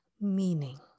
meaning